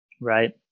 right